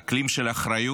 אקלים של אחריות.